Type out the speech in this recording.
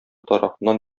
тарафыннан